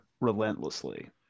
relentlessly